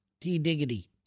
T-Diggity